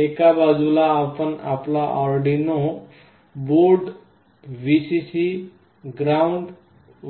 एका बाजूला आपण आपल्या अर्डिनो बोर्ड Vcc ग्राउंड